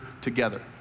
together